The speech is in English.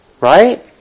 right